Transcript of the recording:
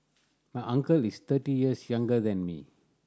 my uncle is thirty years younger than me